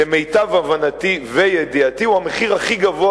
למיטב הבנתי וידיעתי הוא המחיר הכי גבוה